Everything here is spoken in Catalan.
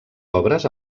obres